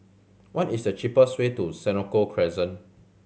what is the cheapest way to Senoko Crescent